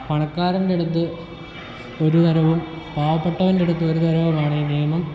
പണക്കാരൻ്റെ അടുത്ത് ഒരു തരവും പാവപ്പെട്ടവൻ്റെ അടുത്ത് ഒരു തരവുമാണ് ഈ നിയമം